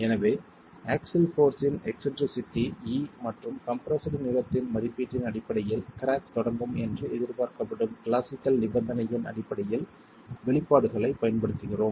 எனவே axial force இன் eccentricity e மற்றும் கம்ப்ரெஸ்டு நீளத்தின் மதிப்பீட்டின் அடிப்படையில் கிராக் தொடங்கும் என்று எதிர்பார்க்கப்படும் கிளாசிக்கல் நிபந்தனையின் அடிப்படையில் வெளிப்பாடுகளைப் பயன்படுத்துகிறோம்